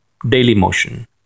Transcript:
Dailymotion